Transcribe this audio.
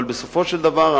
אבל בסופו של דבר,